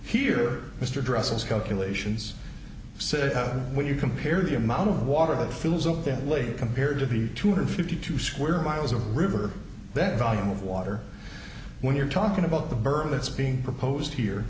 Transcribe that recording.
here mr dresses calculations say when you compare the amount of water that fills up that late compared to the two hundred fifty two square miles of river that volume of water when you're talking about the birth that's being proposed here